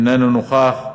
אינו נוכח,